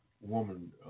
woman